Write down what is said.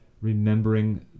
Remembering